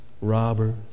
robbers